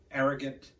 arrogant